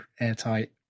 airtight